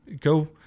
go